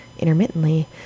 intermittently